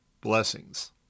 blessings